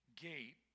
gate